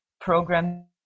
program